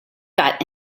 got